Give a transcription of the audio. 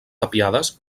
tapiades